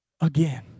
Again